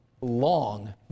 long